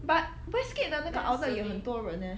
but westgate 的那个 outlet 有很多人 eh